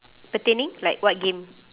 pertaining like what game